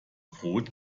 brot